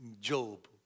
Job